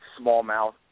smallmouth